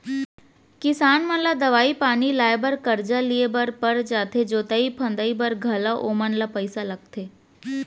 किसान मन ला दवई पानी लाए बर करजा लिए बर पर जाथे जोतई फंदई बर घलौ ओमन ल पइसा लगथे